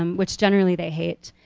um which generally they hate.